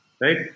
right